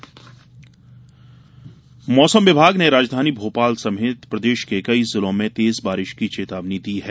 मौसम मौसम विभाग ने राजधानी भोपाल समेत प्रदेश के कई जिलों में तेज बारिश की चेतावनी दी है